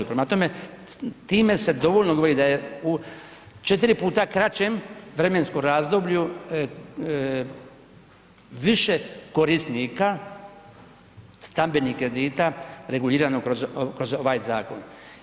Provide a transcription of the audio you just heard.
Prema tome se dovoljno govori da je u 4 puta kraćem vremenskom razdoblju više korisnika stambenih kredita regulirano kroz ovaj zakon.